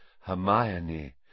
Hermione